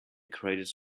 credits